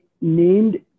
named